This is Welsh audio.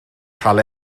cael